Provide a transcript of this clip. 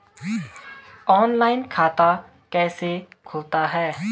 Online खाता कैसे खुलता है?